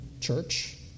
church